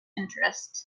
interest